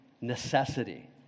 necessity